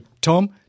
Tom